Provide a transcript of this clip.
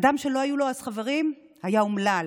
אדם שלא היו לו אז חברים היה אומלל.